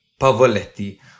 Pavoletti